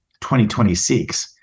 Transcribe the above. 2026